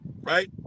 Right